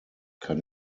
kann